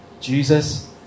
Jesus